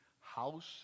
house